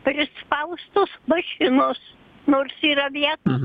prispaustos mašinos nors yra vietos